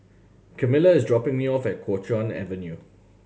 Camila is dropping me off at Kuo Chuan Avenue